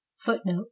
Footnote